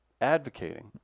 advocating